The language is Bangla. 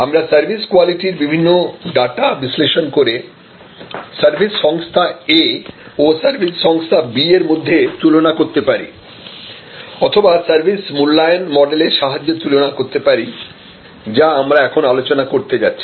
আমরা সার্ভিস কোয়ালিটির বিভিন্ন ডাটা বিশ্লেষণ করে সার্ভিস সংস্থা A ও সার্ভিস সংস্থা B এর মধ্যে তুলনা করতে পারি অথবা সার্ভিস মূল্যায়ন মডেল এর সাহায্যে তুলনা করতে পারি যা আমরা এখন আলোচনা করতে যাচ্ছি